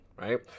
right